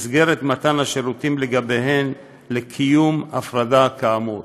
במסגרת מתן השירותים לגביהן, לקיום הפרדה כאמור.